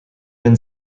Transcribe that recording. been